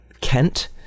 kent